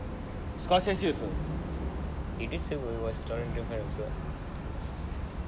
scorsese also he did say he was a tarantino fan also